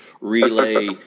relay